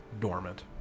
dormant